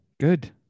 good